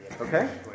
Okay